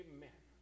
Amen